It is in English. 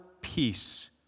peace